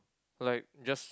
like just